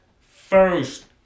first